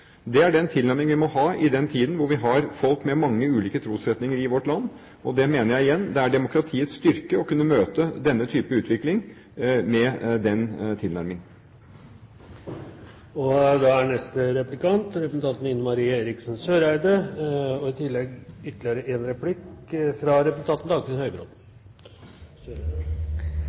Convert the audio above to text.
Det er den tilnærmingen vi må ha i en tid da vi har folk med mange ulike trosretninger i vårt land. Jeg mener igjen at det er demokratiets styrke å kunne møte denne type utvikling med den tilnærmingen. Ine M. Eriksen Søreide – til oppfølgingsspørsmål. Rammene om religionsfriheten er og skal være vide i